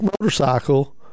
motorcycle